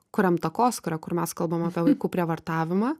kuriam takoskyrą kur mes kalbam apie vaikų prievartavimą